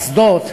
אסדות,